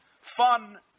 fun